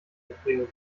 mitbringen